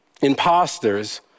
imposters